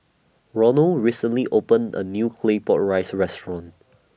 Ronal recently opened A New Claypot Rice Restaurant